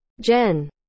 Jen